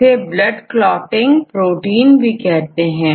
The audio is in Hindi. इसे ब्लड क्लोटिंग प्रोटीन भी कहते हैं